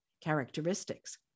characteristics